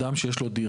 בן אדם שיש לו דירה,